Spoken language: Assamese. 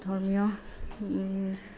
ধৰ্মীয়